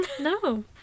No